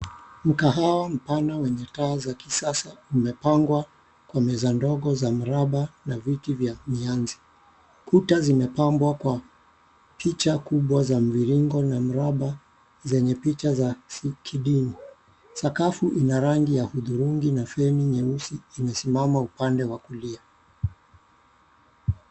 Mkahawa mpana mwenye taa za kisasa umepangwa kwa meza ndogo za mraba na viti vya mianzi. Kuta zimepambwa kwa picha kubwa za mviringo na mraba zenye picha za kidini. Sakafu ina rangi ya hudhurungi na feni nyeusi imesimama upande wa kulia.